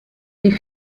die